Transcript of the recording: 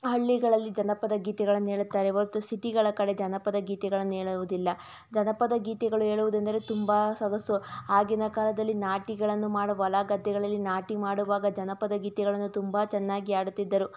ಹಳ್ಳಿಗಳಲ್ಲಿ ಜನಪದ ಗೀತೆಗಳನ್ನೇಳುತ್ತಾರೆ ಹೊರ್ತು ಸಿಟಿಗಳ ಕಡೆ ಜನಪದ ಗೀತೆಗಳನ್ನೇಳುವುದಿಲ್ಲ ಜನಪದ ಗೀತೆಗಳು ಹೇಳುವುದೆಂದರೆ ತುಂಬ ಸೊಗಸು ಆಗಿನ ಕಾಲದಲ್ಲಿ ನಾಟಿಗಳನ್ನು ಮಾಡ ಹೊಲ ಗದ್ದೆಗಳಲ್ಲಿ ನಾಟಿ ಮಾಡುವಾಗ ಜನಪದ ಗೀತೆಗಳನ್ನು ತುಂಬ ಚೆನ್ನಾಗಿ ಹಾಡುತ್ತಿದ್ದರು